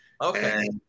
okay